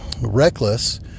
reckless